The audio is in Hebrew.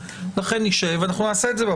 הנאמן יכול לפסול, להגיד שאין לאותו נושה כוח